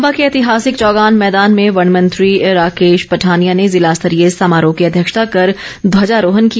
चंबा गणतंत्र दिवस चंबा के ऐतिहासिक चौगान मैदान में वन मंत्री राकेश पठानिया ने ज़िला स्तरीय समारोह की अध्यक्षता कर ध्वजारोहण किया